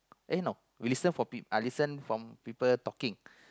eh no we listen for peo~ listen from people talking